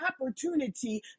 Opportunity